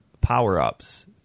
power-ups